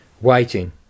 waiting